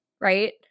right